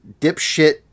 dipshit